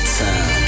time